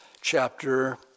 chapter